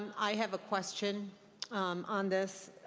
i have a question um on this